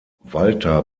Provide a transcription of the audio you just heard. walter